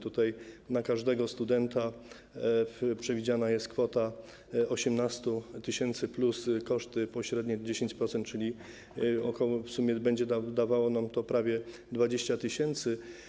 Tutaj na każdego studenta przewidziana jest kwota 18 tys. plus koszty pośrednie w wysokości 10%, czyli w sumie będzie dawało nam to prawie 20 tys.